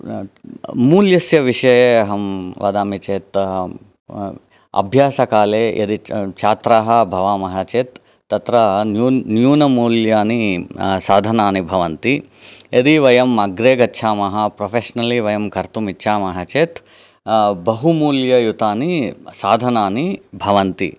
मूल्यस्य विषये अहं वदामि चेत् अभ्यासकाले यदि छात्राः भवामः चेत् तत्र न्यून् नन्यूनमूल्यानि साधनानि भवन्ति यदि वयम् अग्रे गच्छामः प्रोफेश्नली वयं कर्तुम् इच्छामः चेत् बहु मूल्ययुतानि साधनानि भवन्ति